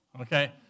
Okay